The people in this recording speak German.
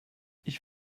ich